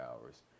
hours